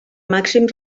màxim